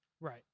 right